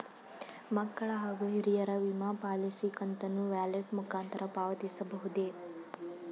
ಮಕ್ಕಳ ಹಾಗೂ ಹಿರಿಯರ ವಿಮಾ ಪಾಲಿಸಿ ಕಂತನ್ನು ವ್ಯಾಲೆಟ್ ಮುಖಾಂತರ ಪಾವತಿಸಬಹುದೇ?